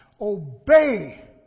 Obey